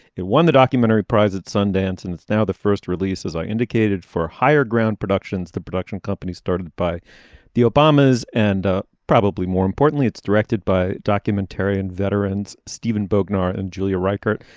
it won the documentary prize at sundance and it's now the first release as i indicated for higher ground productions. the production company started by the obamas and ah probably more importantly it's directed by documentarian veterans stephen buckner and julia reichardt.